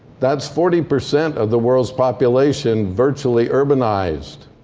that's forty percent of the world's population virtually urbanized.